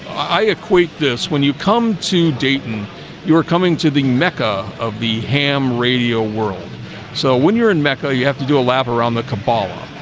i equate this when you come to dayton you are coming to the mecca of the ham radio world so when you're in mecca you have to do a lap around the kabala